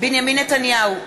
בנימין נתניהו,